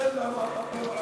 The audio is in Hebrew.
חסר לנו הרבה מרעה.